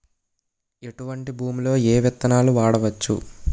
ఎటువంటి భూమిలో ఏ విత్తనాలు వాడవచ్చు?